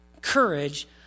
courage